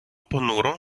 понуро